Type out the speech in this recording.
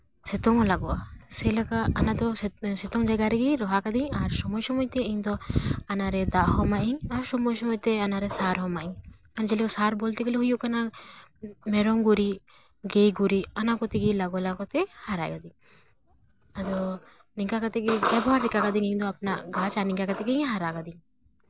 ᱥᱤᱛᱩᱝ ᱦᱚᱸ ᱞᱟᱜᱟᱜᱼᱟ ᱡᱮᱞᱮᱠᱟ ᱚᱱᱟ ᱫᱚ ᱥᱤᱛᱩᱝ ᱡᱟᱭᱜᱟ ᱨᱮᱜᱮ ᱨᱚᱦᱚᱭ ᱠᱟᱹᱫᱟᱹᱧ ᱟᱨ ᱥᱚᱢᱚᱭ ᱥᱚᱢᱚᱭ ᱛᱮ ᱤᱧ ᱫᱚ ᱚᱱᱟᱨᱮ ᱫᱟᱜ ᱦᱚᱸ ᱮᱢᱟᱜ ᱟᱹᱧ ᱥᱚᱢᱚᱭ ᱥᱚᱢᱚᱭᱛᱮ ᱚᱱᱟᱨᱮ ᱫᱟᱜ ᱦᱚᱸ ᱮᱢᱟᱜ ᱟᱹᱧ ᱡᱮᱞᱮᱠᱟ ᱥᱟᱨ ᱵᱚᱞᱛᱮ ᱜᱮᱞᱮ ᱦᱩᱭᱩᱜ ᱠᱟᱱᱟ ᱢᱮᱨᱚᱢ ᱜᱩᱨᱤᱡ ᱜᱟᱹᱭ ᱜᱩᱨᱤᱡ ᱚᱱᱟ ᱠᱚ ᱛᱮᱜᱮ ᱞᱟᱜᱚ ᱞᱟᱜᱚ ᱛᱮ ᱦᱟᱨᱟᱭᱮᱫᱟᱹᱧ ᱟᱫᱚ ᱱᱚᱝᱠᱟ ᱠᱟᱛᱮ ᱜᱮ ᱵᱮᱵᱚᱦᱟᱨ ᱞᱮᱠᱟ ᱠᱟᱹᱫᱟᱹᱧ ᱤᱧᱫᱚ ᱟᱯᱱᱟ ᱜᱟᱪᱷ ᱱᱤᱝᱠᱟ ᱠᱟᱛᱮ ᱜᱮ ᱦᱟᱨᱟ ᱠᱟᱹᱫᱟᱹᱧ